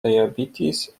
diabetes